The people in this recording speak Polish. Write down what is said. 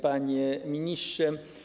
Panie Ministrze!